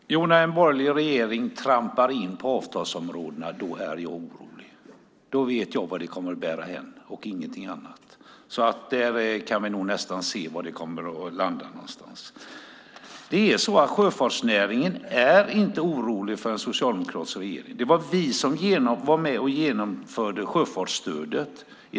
Herr talman! När en borgerlig regering klampar in på avtalsområdena blir jag orolig. Jag vet var det kommer att bära hän. Vi kan nästan se var det kommer att landa. Sjöfartsnäringen är inte orolig för en socialdemokratisk regering. Det var vi som i denna kammare genomförde sjöfartsstödet.